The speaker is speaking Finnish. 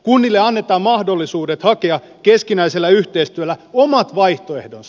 kunnille annetaan mahdollisuus hakea keskinäisellä yhteistyöllä omat vaihtoehtonsa